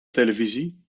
televisie